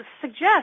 suggest